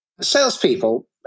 salespeople